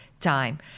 time